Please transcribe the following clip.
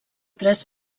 tres